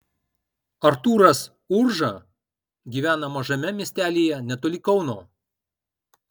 artūras urža gyvena mažame miestelyje netoli kauno